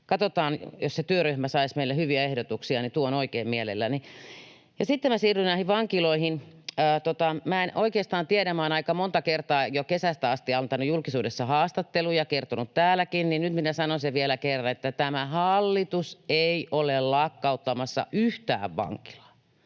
Katsotaan, jos se työryhmä saisi meille hyviä ehdotuksia, niin tuon oikein mielelläni. Sitten minä siirryn näihin vankiloihin. Minä en oikeastaan tiedä, kun minä olen aika monta kertaa jo kesästä asti antanut julkisuudessa haastatteluja ja kertonut täälläkin, mutta nyt minä sanon sen vielä kerran, että tämä hallitus ei ole lakkauttamassa yhtään vankilaa.